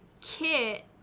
Kit